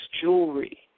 jewelry